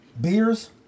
Beers